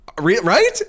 right